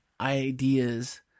ideas